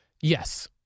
Yes